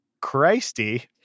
Christy